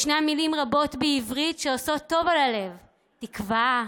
יש מילים רבות בעברית שעושות טוב על הלב: "תקווה",